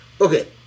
Okay